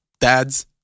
dads